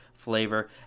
Flavor